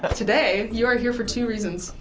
but today, you are here for two reasons.